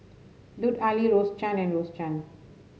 Lut Ali Rose Chan and Rose Chan